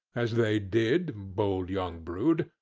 as they did, bold young brood,